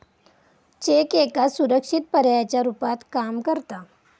check एका सुरक्षित पर्यायाच्या रुपात काम करता